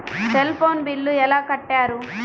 Cell phone bill ఎలా కట్టారు?